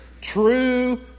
true